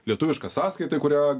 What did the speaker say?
lietuvišką sąskaitą į kurią